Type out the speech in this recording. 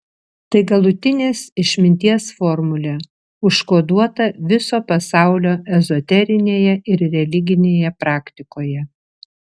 tai galutinės išminties formulė užkoduota viso pasaulio ezoterinėje ir religinėje praktikoje